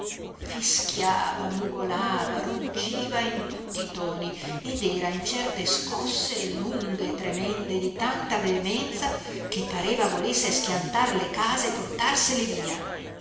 fischiava mugolava ruggiva in tutti i toni ed era in certe scosse lunghe e tremende di tanta veemenza che pareva volesse schiantar le case e portarsele via